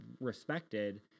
respected